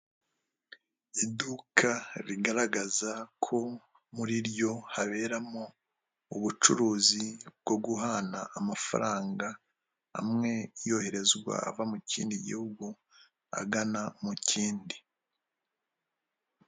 Iduka rigaragaza ko muri ryo haberamo ubucuruzi bwo guhana amafaranga, amwe yoherezwa ava mu kindi gihugu agana mu kindi.